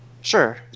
Sure